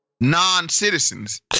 non-citizens